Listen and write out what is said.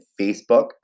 Facebook